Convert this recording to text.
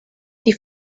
die